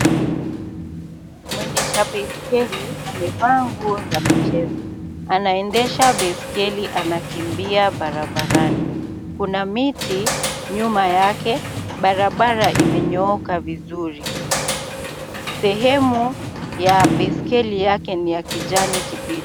Mwendesha baiskeli amevaa nguo za michezo ,anaendesha baiskeli anakimbia barabarani ,kuna miti nyuma yake, barabara imenyooka vizuri ,sehemu ya baiskeli yake ni ya kijani kibichi.